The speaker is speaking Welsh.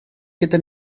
gyda